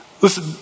Listen